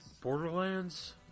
Borderlands